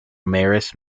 maris